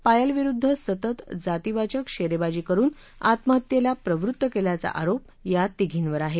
पायलविरुद्ध सतत जातीवाचक शेरेबाजी करुन आत्महत्येला प्रवृत्त केल्याचा आरोप या तिघींवर आहे